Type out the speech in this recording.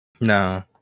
no